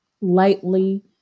lightly